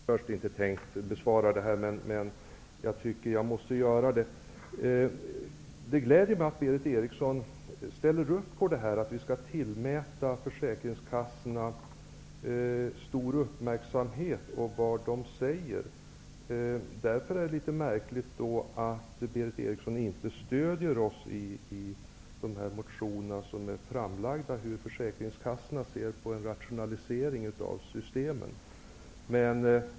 Herr talman! Jag hade först inte tänkt besvara det Berith Eriksson sade nu senast, men jag tycker att jag ändå måste göra det. Det gläder mig att Berith Eriksson ställer upp på att vi skall tillmäta vad försäkringskassorna säger stor uppmärksamhet. Därför är det litet märkligt att Berith Eriksson inte stöder våra motioner, som bygger på hur försäkringskassorna ser på frågan om en rationalisering av systemen.